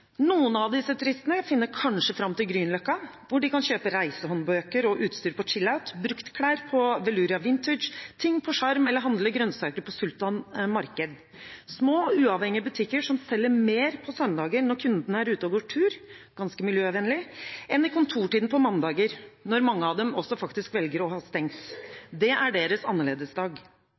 Noen av disse turistene finner kanskje fram til Grünerløkka, hvor de kan kjøpe reisehåndbøker og utstyr på Chillout, bruktklær på Velouria Vintage, ting på Sjarm eller handle grønnsaker på Sultan Marked – små og uavhengige butikker som selger mer på søndager når kundene er ute og går tur, ganske miljøvennlig, enn i kontortiden på mandager, når mange av dem også faktisk velger å holde stengt. Det er deres